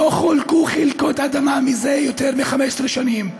לא חולקו חלקות אדמה זה יותר מ-15 שנים.